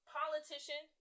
politician